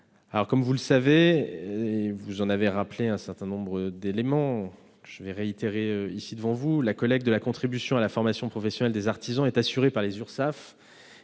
Comme vous le savez, et vous en avez rappelé un certain nombre d'éléments que je vais réitérer devant vous, la collecte de la contribution à la formation professionnelle des artisans est assurée par les Urssaf